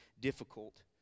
difficult